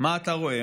מה אתה רואה?